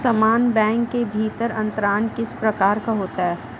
समान बैंक के भीतर अंतरण किस प्रकार का होता है?